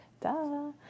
Duh